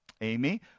Amy